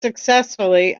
successfully